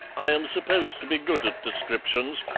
i am supposed to be good at descriptions,